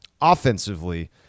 Offensively